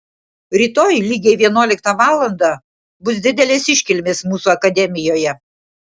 rytoj lygiai vienuoliktą valandą bus didelės iškilmės mūsų akademijoje